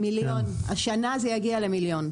1 מיליון, השנה זה יגיע ל- 1 מיליון.